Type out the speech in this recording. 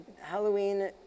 Halloween